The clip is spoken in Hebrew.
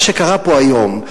מה שקרה פה היום,